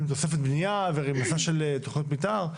עם תוספת בנייה ורמיסה של תכניות מתאר?